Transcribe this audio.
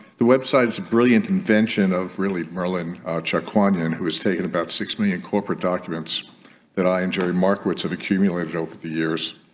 the website is a brilliant invention of really merlin chuck kuan-yin who has taken about six million corporate documents that i and jerry markowitz have accumulated over the years